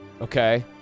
Okay